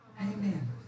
Amen